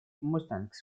mustangs